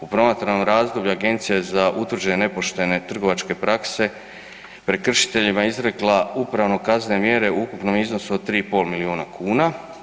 U promatranom razdoblju agencije za utvrđene nepoštene trgovačke prakse, prekršiteljima je izrekla upravno-kaznene mjere u ukupnom iznosu od 3,5 milijuna kuna.